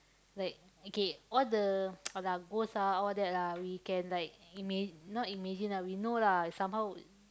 like okay all the !alah! ghost ah all that lah we can like ima~ not imagine lah we know lah somehow